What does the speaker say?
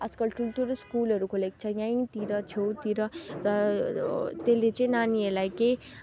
आजकल ठुल्ठुलो स्कुलहरू खोलेको छ यहीँतिर छेउतिर र त्यसले चाहिँ नानीहरूलाई केही